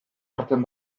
hartzen